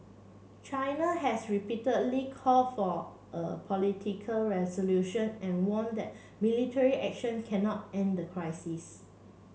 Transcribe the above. China has repeatedly called for a political resolution and warned military action cannot end the crisis